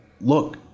Look